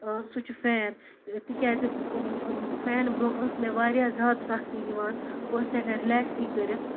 سُہ چھُ فین تِکیازِ فینہٕ برونٛہہ ٲسۍ مےٚ واریاہ زیادٕ سَختی یِوان بہٕ ٲسٕس نہٕ ہیٚکان رِلیکسٕے کٔرِتھ